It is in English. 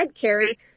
Carrie